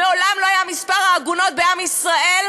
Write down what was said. מעולם לא היה מספר העגונות בעם ישראל,